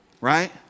Right